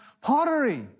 pottery